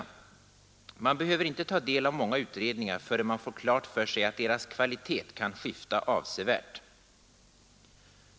Man behöver inte ta del av långa utredningar förrän man får klart för sig att deras kvalitet kan skifta avsevärt.